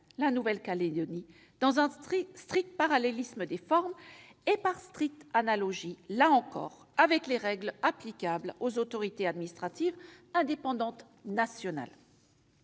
la Nouvelle-Calédonie, dans un strict parallélisme des formes et par stricte analogie, là encore, avec les règles applicables aux autorités administratives indépendantes nationales.